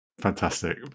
fantastic